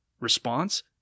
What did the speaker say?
response